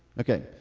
Okay